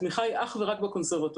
התמיכה היא אך ורק בקונסרבטוריונים.